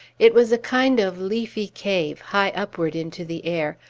it was a kind of leafy cave, high upward into the air,